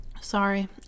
Sorry